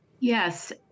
Yes